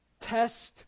test